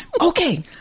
okay